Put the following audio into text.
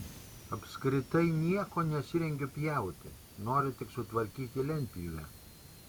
apskritai nieko nesirengiu pjauti noriu tik sutvarkyti lentpjūvę